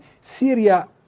Syria